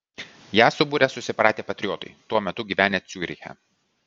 ją subūrė susipratę patriotai tuo metu gyvenę ciuriche